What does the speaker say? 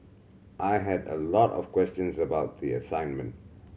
I had a lot of questions about the assignment